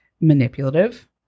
manipulative